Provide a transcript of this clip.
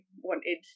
wanted